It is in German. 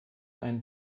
einen